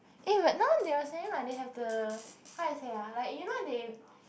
eh but now they were saying like they have the how to say ah like you know they